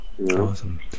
Awesome